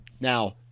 now